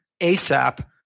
asap